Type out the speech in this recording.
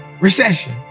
recession